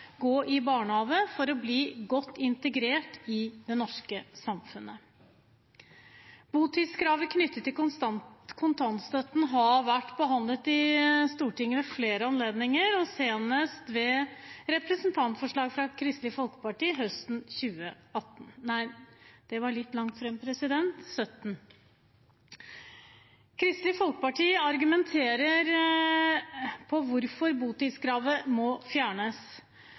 gå i barnehage for å bli godt integrert i det norske samfunnet. Botidskravet som er knyttet til kontantstøtten, har vært behandlet i Stortinget ved flere anledninger, senest ved behandlingen av et representantforslag fra Kristelig Folkeparti høsten